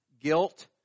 guilt